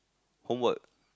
homework